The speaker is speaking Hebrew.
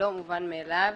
לא מובן מאליו.